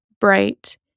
bright